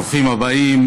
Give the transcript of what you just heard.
ברוכים הבאים.